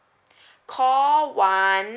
call one